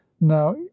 now